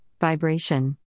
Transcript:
Vibration